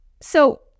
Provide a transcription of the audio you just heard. So-